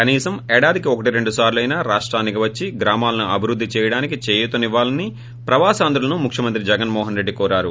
కనీసం ఏడాదికి ఒకటి రెండు సార్లు అయినా రాష్టానికి వచ్చి గ్రామాలను అభివృద్ది చేయడానికి చేయూతనివ్వాలని ప్రవాసాంధ్రులను ముఖ్యమంత్రి జగన్మోహన్ రెడ్డి కోరారు